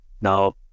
Now